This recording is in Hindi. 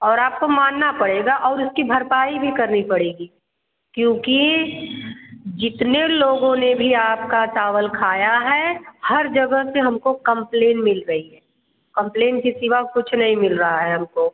और आपको मानना पड़ेगा और उसकी भरपाई भी करनी पड़ेगी क्योंकि जितने लोगो ने भी आपका चावल खाया है हर जगह से हमको कंप्लेन मिल रही है कंप्लेन के सिवा और कुछ नहीं मिल रहा है हमको